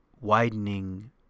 widening